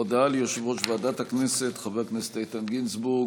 הודעה ליושב-ראש ועדת הכנסת חבר הכנסת איתן גינזבורג,